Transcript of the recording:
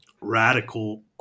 radical